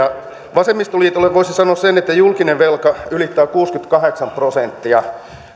vasemmistoliitolle voisi sanoa sen että julkinen velka ylittää kuusikymmentäkahdeksan prosenttia